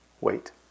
Wait